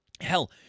Hell